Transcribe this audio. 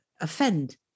offend